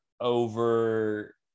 over